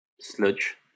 sludge